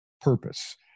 purpose